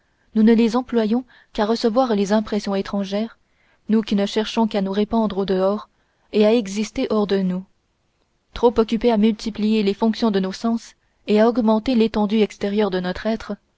nous ne les employons qu'à recevoir les impressions étrangères nous ne cherchons qu'à nous répandre au-dehors et à exister hors de nous trop occupés à multiplier les fonctions de nos sens et à augmenter l'étendue extérieure de notre être